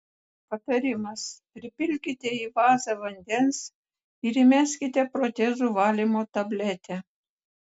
patarimas pripilkite į vazą vandens ir įmeskite protezų valymo tabletę